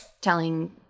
telling